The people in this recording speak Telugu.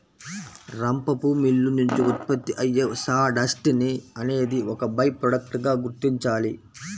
రంపపు మిల్లు నుంచి ఉత్పత్తి అయ్యే సాడస్ట్ ని అనేది ఒక బై ప్రొడక్ట్ గా గుర్తించాలి